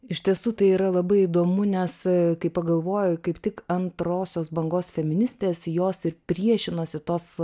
iš tiesų tai yra labai įdomu nes kai pagalvoju kaip tik antrosios bangos feministės jos ir priešinosi tos